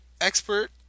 expert